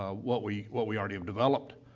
ah what we what we already have developed,